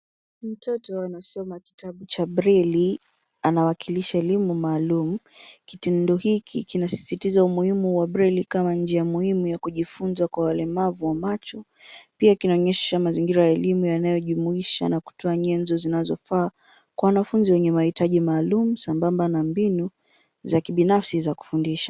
Mtoto anasoma kitabu cha breli. Anawakilisha elimu maalumu. Kitendo hiki kinasisitiza umuhimu breli kama njia muhimu ya kujifunza kwa walemavu wa macho, pia kinaonyesha mazingira ya elimu yanayojumuisha na kutoa nyenzo zinazofaa kwa wanafunzi wenye mahitaji maalumu sambamba na mbinu za kibinafsi za kufundisha.